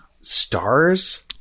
Stars